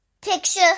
Picture